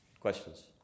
Questions